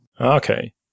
Okay